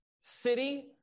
city